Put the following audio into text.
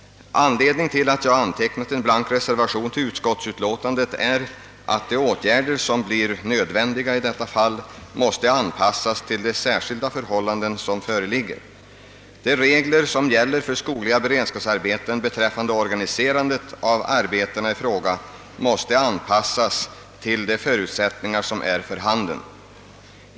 Anledningen till att jag antecknat en blank reservation vid utskottets utlåtande är att de åtgärder som i detta fall blir nödvändiga måste anpassas till de speciella förhållanden som föreligger. De regler som gäller för skogliga beredskapsarbeten beträffande organiserandet av arbetena måste anpassas till de förutsättningar som är för handen.